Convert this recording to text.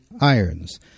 Irons